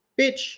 Bitch